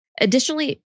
Additionally